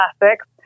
classics